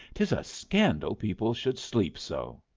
tis a scandal people should sleep so.